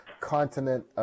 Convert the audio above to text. continent –